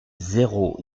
zéro